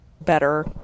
better